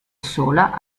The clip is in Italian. sola